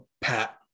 pat